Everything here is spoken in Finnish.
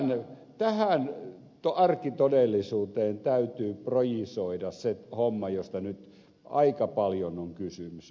elikkä tähän arkitodellisuuteen täytyy projisoida se homma josta nyt aika paljon on kysymys